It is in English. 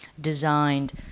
designed